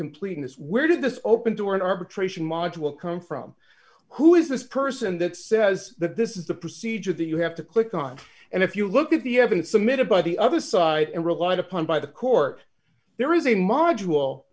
completeness where did this open to an arbitration module come from who is this person that says that this is the procedure that you have to click on and if you look at the evidence submitted by the other side and relied upon by the court there is a m